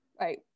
Right